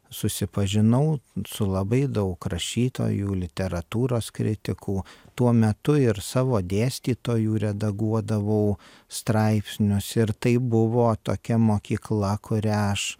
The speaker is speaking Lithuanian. susipažinau su labai daug rašytojų literatūros kritikų tuo metu ir savo dėstytojų redaguodavau straipsnius ir tai buvo tokia mokykla kurią aš